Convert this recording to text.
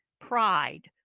pride